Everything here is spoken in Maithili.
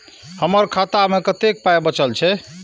हमर खाता मे कतैक पाय बचल छै